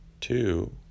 two